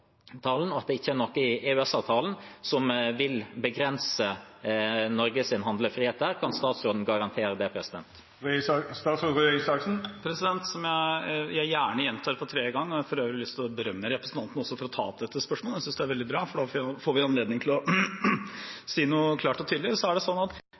og at det ikke er noe i EØS-avtalen som vil begrense Norges handlefrihet. Kan statsråden garantere det? Som jeg gjerne gjentar for tredje gang – jeg har for øvrig også lyst til å berømme representanten for å ta opp dette spørsmålet – jeg synes det er veldig bra, for da får vi anledning til å si noe klart og tydelig: Vårt anskaffelsesregelverk – etter alle våre vurderinger, også med de begrensningene som er